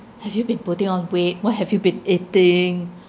have you been putting on weight what have you been eating